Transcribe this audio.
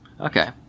okay